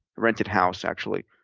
rented house actually,